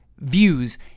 views